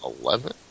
eleven